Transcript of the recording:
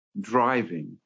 driving